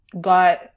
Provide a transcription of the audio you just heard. got